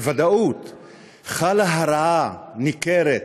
בוודאות, חלה הרעה ניכרת